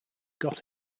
got